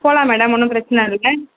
போகலாம் மேடம் ஒன்னும் பிரச்சின இல்லை